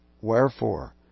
Wherefore